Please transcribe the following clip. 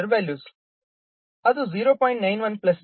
91 0